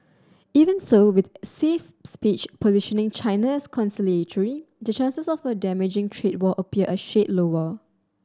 even so with Xi's speech positioning China's conciliatory the chances of a damaging trade war appear a shade lower